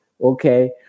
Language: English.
Okay